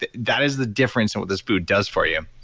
that that is the difference in what this food does for you.